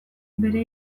bere